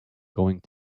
going